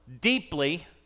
Deeply